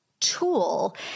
tool